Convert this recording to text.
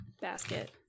basket